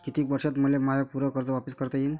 कितीक वर्षात मले माय पूर कर्ज वापिस करता येईन?